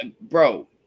bro